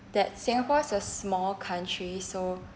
that singapore is a small country so